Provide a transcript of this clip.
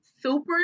super